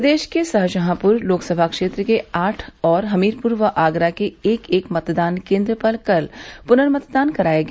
प्रदेश के शाहजहांपुर लोकसभा क्षेत्र के आठ और हमीरपुर व आगरा के एक एक मतदान केन्द्र पर कल पुनर्मतदान कराया गया